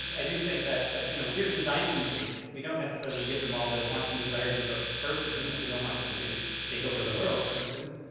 i do think that so you know we're designing these agents. we don't necessarily give them all the wants and desires of a person. like, we don't want them to take over the world, for instance.